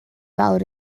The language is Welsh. fawr